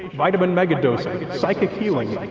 vitamin megadosing. psychic healing. like